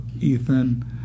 Ethan